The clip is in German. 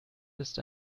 ist